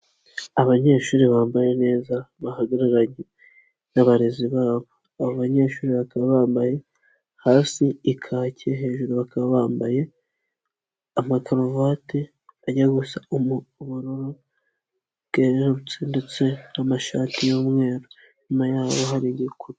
Abanyeshuri bambaye neza bahagararanye n'abarezi babo, abo banyeshuri bakaba bambaye hasi ikake hejuru bakaba bambaye amakaruvati ajya gusa ubururu bwerutse ndetse n'amashati y'umweru nyuma yabo hari igikuta.